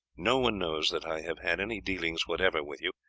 no one knows that i have had any dealings whatever with you,